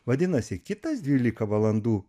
vadinasi kitas dvylika valandų